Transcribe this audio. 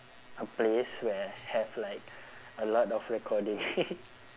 a place where have like a lot of recording